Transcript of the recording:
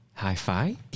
Hi-fi